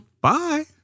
Bye